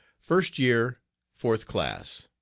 first year fourth class.